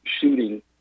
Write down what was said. shooting